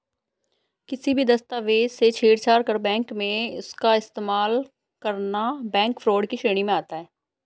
किसी भी दस्तावेज से छेड़छाड़ कर बैंक में उसका इस्तेमाल करना बैंक फ्रॉड की श्रेणी में आता है